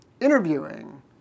interviewing